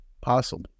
possible